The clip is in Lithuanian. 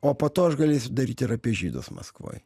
o po to aš galėsiu daryt ir apie žydus maskvoj